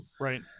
right